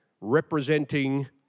representing